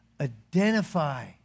Identify